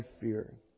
fear